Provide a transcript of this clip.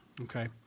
Okay